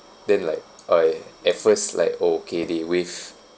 then like I at first like oh kay they waive